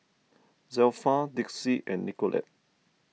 Zelpha Dixie and Nicolette